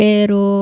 Pero